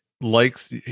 likes